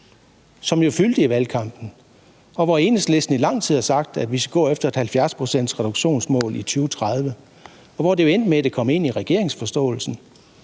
jo fyldte i valgkampen, og hvor Enhedslisten i lang tid har sagt, at vi skal gå efter et 70-procentsreduktionsmål i 2030. Og det endte jo med, at det kom ind i regeringens forståelsespapir